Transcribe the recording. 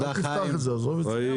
אל תפתח את זה, עזוב את זה.